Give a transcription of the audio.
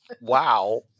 Wow